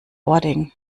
ording